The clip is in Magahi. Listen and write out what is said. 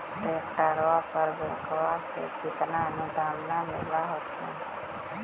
ट्रैक्टरबा पर बैंकबा से कितना अनुदन्मा मिल होत्थिन?